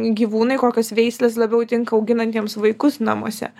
gyvūnai kokios veislės labiau tinka auginantiems vaikus namuose